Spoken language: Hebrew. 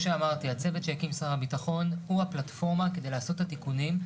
הצוות שהקים שר הביטחון הוא הפלטפורמה כדי לעשות את התיקונים.